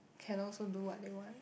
can also do what they want